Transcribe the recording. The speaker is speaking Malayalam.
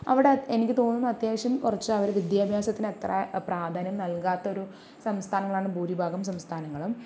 അവിടെ എനിക്ക് തോന്നുന്നു അത്യാവശ്യം കുറച്ച് അവർ വിദ്യാഭ്യാസത്തിന് അത്ര പ്രാധാന്യം നൽകാത്ത ഒരു സംസ്ഥാനങ്ങളാണ് ഭൂരിഭാഗം സംസ്ഥാനങ്ങളും